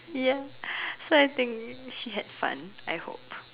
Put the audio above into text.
ya so I think she had fun I hope